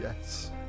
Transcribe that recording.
yes